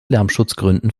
lärmschutzgründen